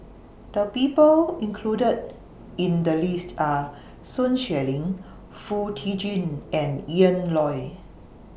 The People included in The list Are Sun Xueling Foo Tee Jun and Ian Loy